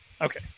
Okay